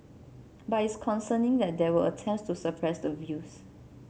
but it's concerning that there were attempts to suppress the views